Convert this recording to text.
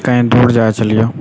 कहीं दूर जाइ छलियै हम